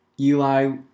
Eli